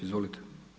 Izvolite.